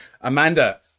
amanda